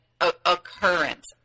occurrence